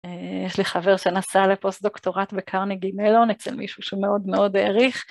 יש לי חבר שנסע לפוסט דוקטורט בקרניגי מלון, אצל מישהו שהוא מאוד מאוד העריך.